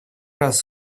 раз